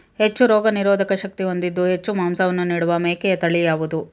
ಹೆಚ್ಚು ರೋಗನಿರೋಧಕ ಶಕ್ತಿ ಹೊಂದಿದ್ದು ಹೆಚ್ಚು ಮಾಂಸವನ್ನು ನೀಡುವ ಮೇಕೆಯ ತಳಿ ಯಾವುದು?